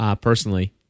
personally